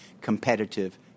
competitive